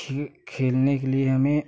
खेल खेलने के लिए हमें